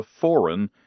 foreign